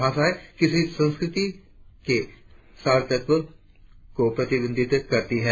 भाषायें किसी संस्कृति के सार तत्व को प्रतिबिम्बित करती है